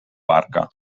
barca